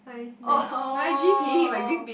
oh